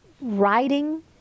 writing